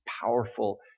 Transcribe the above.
powerful